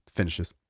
finishes